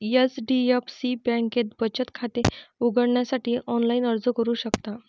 HDFC बँकेत बचत खाते उघडण्यासाठी ऑनलाइन अर्ज करू शकता